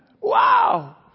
Wow